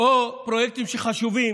או בפרויקטים שחשובים